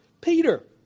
Peter